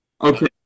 Okay